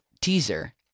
teaser